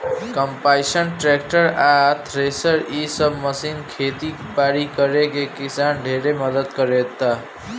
combine, tractor आ thresher इ सब मशीन खेती बारी करे में किसान ढेरे मदद कराता